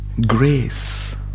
grace